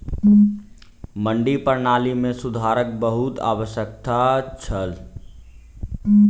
मंडी प्रणाली मे सुधारक बहुत आवश्यकता छल